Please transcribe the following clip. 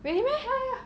really meh